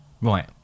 Right